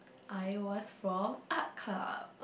I was from Art Club